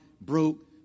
broke